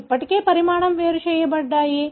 ఇవి ఇప్పటికే పరిమాణం వేరు చేయబడ్డాయి